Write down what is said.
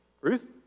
Ruth